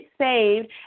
saved